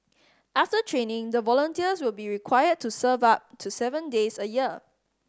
after training the volunteers will be required to serve up to seven days a year